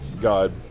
God